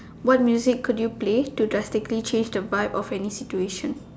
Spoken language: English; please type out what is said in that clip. what music could you play to drastically change the vibe of any situation